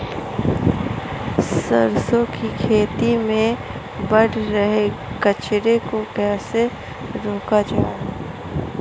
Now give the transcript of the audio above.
सरसों की खेती में बढ़ रहे कचरे को कैसे रोका जाए?